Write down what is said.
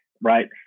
right